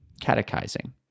catechizing